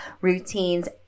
routines